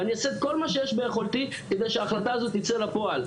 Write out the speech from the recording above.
ואני אעשה את כל מה שיש ביכולתי כדי שההחלטה הזאת תצא לפועל.